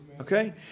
okay